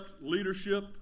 leadership